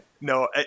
No